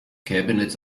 cabinets